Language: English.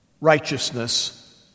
righteousness